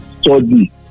study